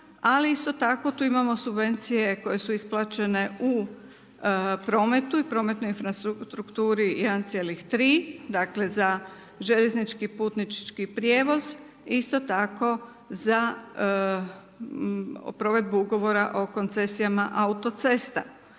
ali isto tako tu imamo subvencije koje su isplaćene u prometu i prometnoj infrastrukturi 1,3 dakle za željeznički putnički prijevoz, isto tako za provedbu Ugovora o koncesijama autocesta.